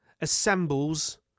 assembles